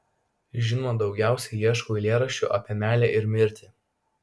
žinoma daugiausiai ieškau eilėraščių apie meilę ir mirtį